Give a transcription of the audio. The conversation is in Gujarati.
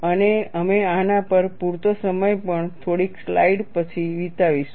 અને અમે આના પર પૂરતો સમય પણ થોડીક સ્લાઇડ્સ પછી વિતાવીશું